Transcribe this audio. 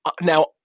Now